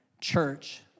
church